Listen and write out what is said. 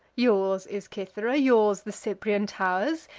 yours is cythera, yours the cyprian tow'rs,